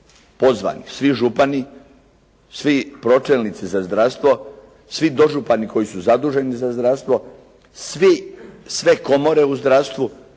pozvani svi župani, svi pročelnici za zdravstvo, svi dožupani koji su zaduženi za zdravstvo, sve komore u zdravstvu,